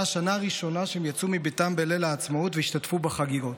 השנה הראשונה שהם יצאו מביתם בליל העצמאות והשתתפו בחגיגות.